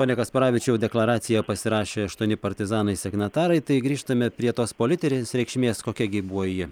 pone kasparavičiau deklaraciją pasirašė aštuoni partizanai signatarai tai grįžtame prie tos politinės reikšmės kokia gi buvo ji